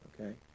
okay